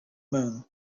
moon